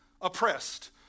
oppressed